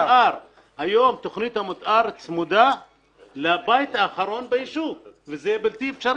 היום תוכנית המתאר צמודה לבית האחרון ביישוב וזה בלתי אפשרי.